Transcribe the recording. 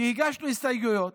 כי הגשנו הסתייגויות,